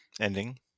ending